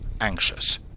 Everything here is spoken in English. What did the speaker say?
anxious